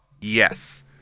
Yes